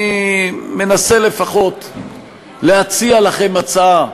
אני מנסה לפחות להציע לכם הצעה: